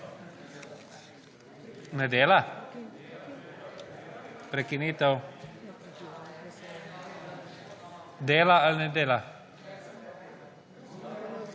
Ne dela? Prekinitev. Dela ali ne dela?